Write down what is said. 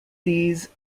these